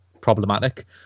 problematic